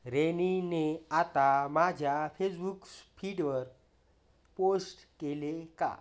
रेनीने आता माझ्या फेसबुकस फीडवर पोस्ट केले का